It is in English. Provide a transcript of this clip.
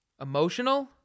Emotional